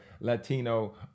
Latino